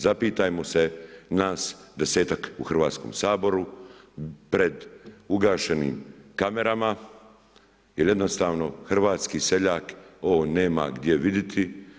Zapitajmo se nas desetak u Hrvatskom saboru pred ugašenim kamerama jel jednostavno hrvatski seljak ovo nema gdje vidjeti.